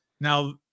Now